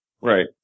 Right